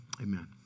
Amen